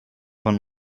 von